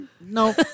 No